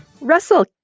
Russell